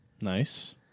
Nice